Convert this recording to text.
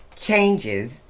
changes